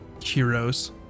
heroes